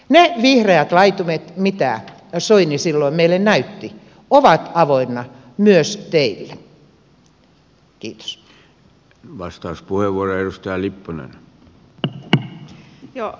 ne vihreät laitumet mitä soini silloin meille näytti ovat avoinna myös teille